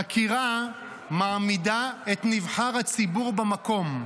חקירה מעמידה את נבחר הציבור במקום.